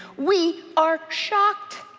we are shocked.